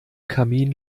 kamin